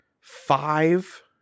five